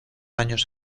años